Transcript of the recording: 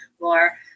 more